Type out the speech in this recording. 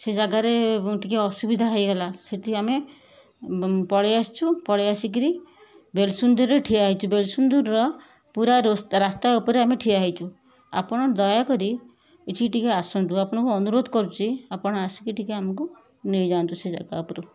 ସେ ଜାଗାରେ ଟିକେ ଅସୁବିଧା ହେଇଗଲା ସେଇଠି ଆମେ ପଲେଇ ଆସିଛୁ ପଳେଇ ଆସିକିରି ବେଲସୁନ୍ଦରରେ ଠିଆ ହେଇଛୁ ବେଲସୁନ୍ଦରର ପୁରା ରାସ୍ତା ଉପରେ ଆମେ ଠିଆ ହେଇଛୁ ଆପଣ ଦୟାକରି ଏଠିକି ଟିକେ ଆସନ୍ତୁ ଆପଣଙ୍କୁ ଅନୁରୋଧ କରୁଛି ଆପଣ ଆସିକି ଟିକେ ଆମକୁ ନେଇ ଯାଆନ୍ତୁ ସେ ଜାଗା ଉପୁରୁ